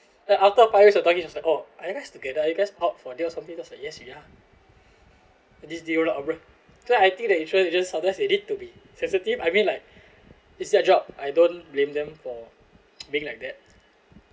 the outer pirates are talking so was like oh are you guys together are you guys out for a date or something yes we are so insurance agents sometimes you need to be sensitive I mean like it's their job I don't blame them for being like that